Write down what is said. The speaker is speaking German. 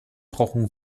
brauchen